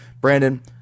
brandon